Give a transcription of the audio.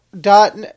dot